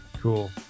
Cool